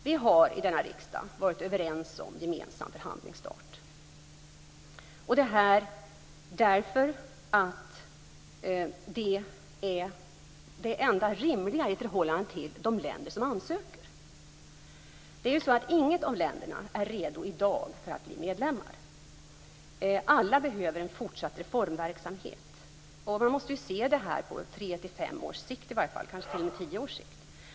Vi har i denna riksdag varit överens om gemensam förhandlingsstart eftersom det är det enda rimliga i förhållande till de länder som ansöker. Inget av länderna är redo att bli medlem i dag. Alla behöver fortsatt reformverksamhet. Man måste se det här på i varje fall 3-5 års sikt - och kanske t.o.m. på tio års sikt.